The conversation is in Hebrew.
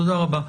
תודה רבה.